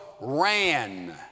ran